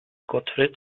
gottfried